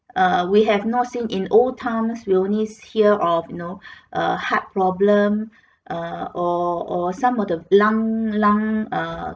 err we have not seen in old town we only hear of you know uh heart problem err or or some of the lung lung uh